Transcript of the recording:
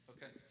Okay